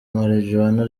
marijuana